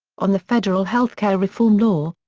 on the federal health care reform law,